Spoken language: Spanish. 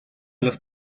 los